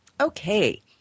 Okay